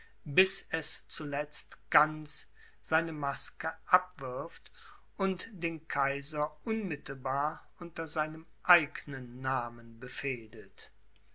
bis es zuletzt ganz seine maske abwirft und den kaiser unmittelbar unter seinem eignen namen befehdet